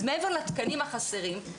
אז מעבר לתקנים החסרים,